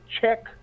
check